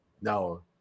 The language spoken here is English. No